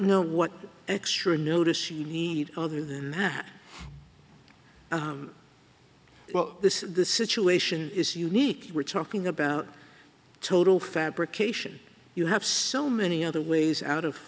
know what extra notice you need other than well this the situation is unique we're talking about total fabrication you have so many other ways out of